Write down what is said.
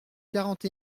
quarante